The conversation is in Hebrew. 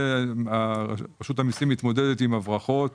רשות המיסים מתמודדת עם הברחות.